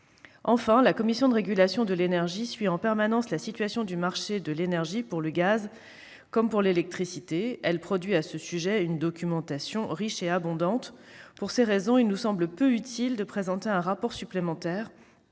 Enfin, la Commission de régulation de l'énergie suit en permanence la situation du marché de l'énergie, pour le gaz naturel comme pour l'électricité. Elle produit à ce sujet une documentation riche et abondante. Pour cette raison, il nous semble donc peu utile de présenter un rapport supplémentaire,